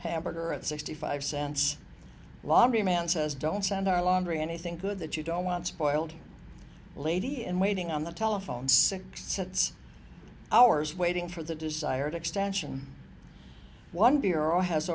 hamburger at sixty five cents lobby man says don't send our laundry anything good that you don't want spoiled lady in waiting on the telephone six sets hours waiting for the desired extension one bureau has